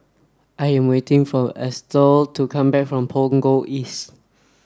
I am waiting for Estelle to come back from Punggol East